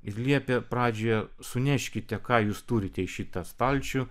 ir liepė pradžioje suneškite ką jūs turite į šitą stalčių